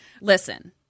Listen